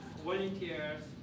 volunteers